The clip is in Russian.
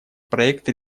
проект